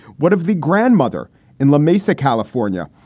what if the grandmother in la mesa, california,